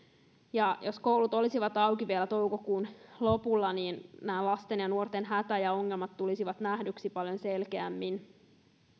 jos koulut olisivat auki vielä toukokuun lopulla niin näiden lasten ja nuorten hätä ja ongelmat tulisivat nähdyksi paljon selkeämmin